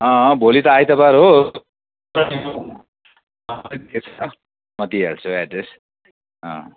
अँ भोलि त आइतवार हो म दिइहाल्छु एड्रेस अँ